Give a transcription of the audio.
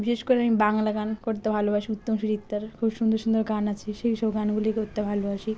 বিশেষ করে আমি বাংলা গান করতে ভালোবাসি উত্তম সুচিত্রার খুব সুন্দর সুন্দর গান আছে সেই সব গানগুলি করতে ভালোবাসি